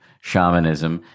shamanism